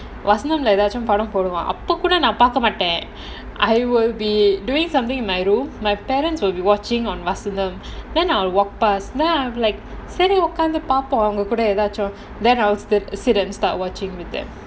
vasantham leh ஏதாச்சும் படம் போடுவான் அப்போ கூட நான் பார்க்கமாட்டேன்:edhachum padam poduvaan appo kooda naan paarka maattaen I will be doing something in my room my parent will be watching something on vasantham then I will walk pass then I will be like சரி உட்கார்ந்து பார்ப்போம் அவங்க கூட ஏதாச்சும்:sari utkaarnthu paarpom avanga kooda edhachum then I will sit and start watching with them